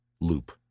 loop